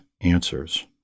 answers